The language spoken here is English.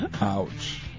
Ouch